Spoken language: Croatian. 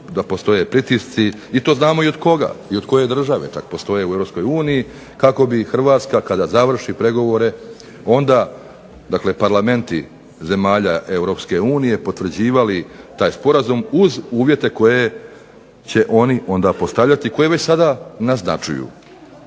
da postoje pritisci i to znamo i od koga, i od koje države čak postoje u EU kako bi Hrvatska kada završi pregovore onda, dakle parlamenti zemalja EU potvrđivali taj sporazum uz uvjete koje će oni onda postavljati, a koje već sada naznačuju.